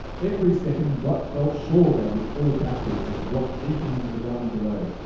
every second dot felt sure they would fall backward and drop deep into the gully below,